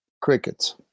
Crickets